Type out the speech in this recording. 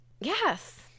Yes